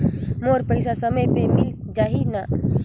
मोर पइसा समय पे मिल जाही न?